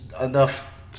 enough